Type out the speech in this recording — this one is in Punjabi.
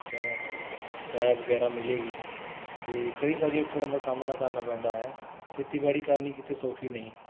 ਜਾਂ ਡਾਇਆ ਵਗੈਰਾ ਮਿਲੇਗੀ ਅਤੇ ਕਈ ਸਾਰੀਆਂ ਔਕੜਾਂ ਦਾ ਸਾਹਮਣਾ ਕਰਨਾ ਪੈਂਦਾ ਹੈ ਖੇਤੀਬਾੜੀ ਕਰਨੀ ਕਿਤੇ ਸੌਖੀ ਨਹੀਂ